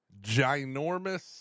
ginormous